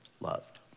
loved